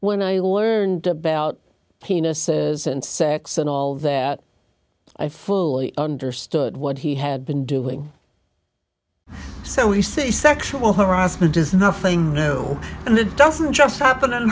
when i learned about penises and sex and all that i fully understood what he had been doing so you say sexual harassment does nothing no and that doesn't just happen